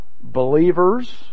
believers